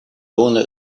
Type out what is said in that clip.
owner